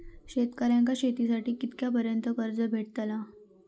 शेतकऱ्यांका शेतीसाठी कितक्या पर्यंत कर्ज भेटताला?